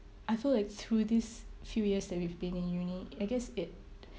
I feel like through this few years that we've been in the uni I guess it